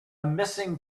missing